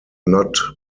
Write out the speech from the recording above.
not